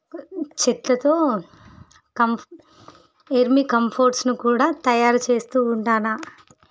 చెత్తతో కంఫ్ ఎర్మీ కంఫోర్ట్స్ను కూడా తయారు చేస్తు ఉంటాను